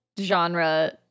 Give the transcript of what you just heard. genre